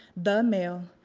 the mail.